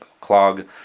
clog